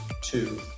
two